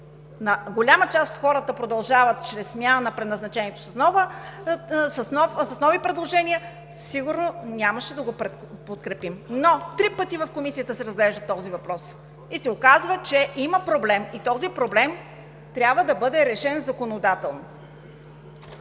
голяма част от хората чрез смяна на предназначението с нови предложения“, сигурно нямаше да го подкрепим. Три пъти в Комисията се разглежда този въпрос и се оказва, че има проблем и този проблем трябва да бъде решен законодателно.